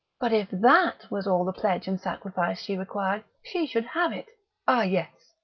but if that was all the pledge and sacrifice she required she should have it ah, yes,